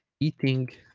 eating